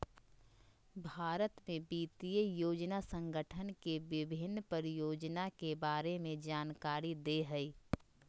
भारत में वित्त योजना संगठन के विभिन्न परियोजना के बारे में जानकारी दे हइ